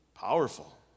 powerful